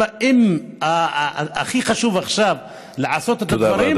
אם הכי חשוב עכשיו לעשות את הדברים,